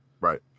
right